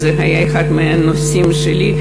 זה היה אחד מהנושאים שלי.